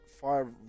Fire